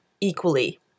equally